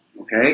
Okay